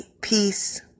Peace